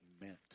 meant